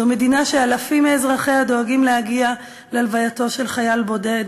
זו מדינה שאלפים מאזרחיה דואגים להגיע להלווייתו של חייל בודד